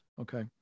okay